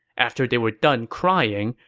after they were done crying,